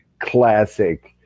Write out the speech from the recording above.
classic